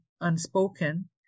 Unspoken